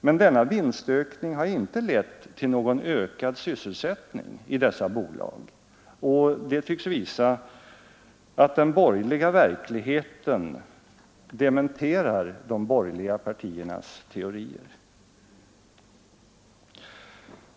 Men denna vinstökning har inte lett till någon ökad sysselsättning i dessa bolag, och detta tycks visa att den borgerliga verkligheten dementerar de borgerliga partiernas teorier.